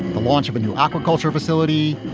the launch of a new aquaculture facility.